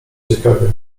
ciekawie